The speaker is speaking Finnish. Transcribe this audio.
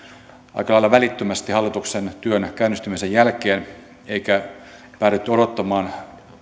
aika lailla välittömästi hallituksen työn käynnistymisen jälkeen eikä lähdetty odottamaan